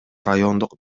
райондук